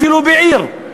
אפילו בעיר.